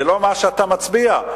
ולא מה שאתה מצביע.